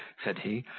said he,